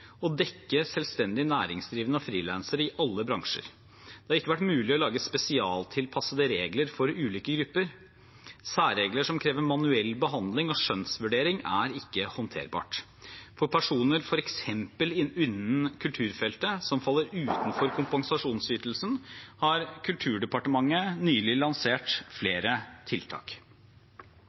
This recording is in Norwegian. dekke selvstendig næringsdrivende og frilansere i alle bransjer. Det har ikke vært mulig å lage spesialtilpassede regler for ulike grupper. Særregler som krever manuell behandling og skjønnsvurdering, er ikke håndterbart. For f.eks. personer innen kulturfeltet som faller utenfor kompensasjonsytelsen, har Kulturdepartementet nylig lansert flere tiltak.